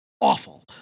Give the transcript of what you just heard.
awful